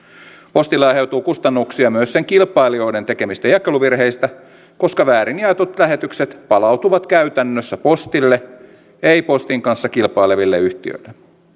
postille aiheutuu kustannuksia myös sen kilpailijoiden tekemistä jakeluvirheistä koska väärin jaetut lähetykset palautuvat käytännössä postille eivät postin kanssa kilpaileville yhtiöille